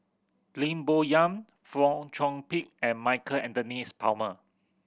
Lim Bo Yam Fong Chong Pik and Michael Anthony Palmer